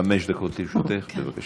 חמש דקות לרשותך, בבקשה.